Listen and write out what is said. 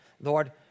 Lord